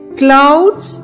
clouds